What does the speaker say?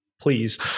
please